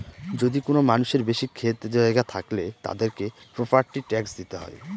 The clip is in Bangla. যদি কোনো মানুষের বেশি ক্ষেত জায়গা থাকলে, তাদেরকে প্রপার্টি ট্যাক্স দিতে হয়